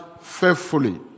faithfully